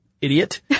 idiot